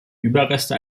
überreste